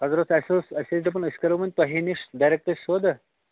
اگر حظ اَسہِ اَسہِ ٲسۍ دپان أسۍ کَرو وۄنۍ تۄہہ نِش ڈیٚریکٚٹہٕ سوداہ